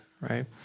right